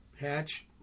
hatch